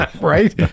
right